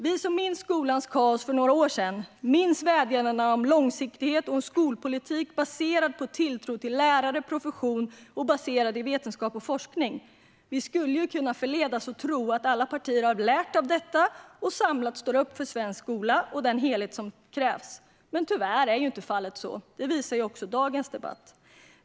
Vi som minns skolans kaos för några år sedan minns vädjandena om långsiktighet och en skolpolitik baserad på tilltro till lärare, profession, vetenskap och forskning. Vi skulle ju kunna förledas att tro att alla partier har lärt av detta och samlat står upp för svensk skola och den helhet som krävs, men tyvärr är så inte fallet. Det visar också dagens debatt.